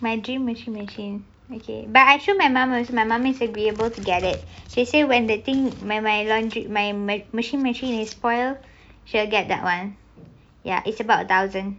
my dream washing machine okay but I show my mum is my mum is agreeable to get it she say when that thing my my laundry my washing machine is spoil she'll get that one ya it's about a thousand